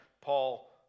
Paul